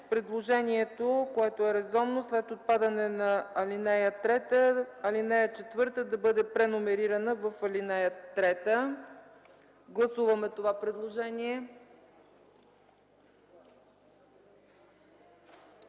предложението, което е резонно, след отпадането на ал. 3, ал. 4 да бъде преномерирана в ал. 3. Гласуваме това предложение.